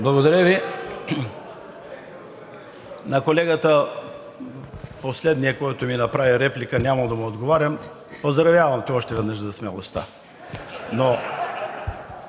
Благодаря Ви. На колегата – последния, който ми направи реплика, няма да му отговарям. Поздравявам те още веднъж за смелостта,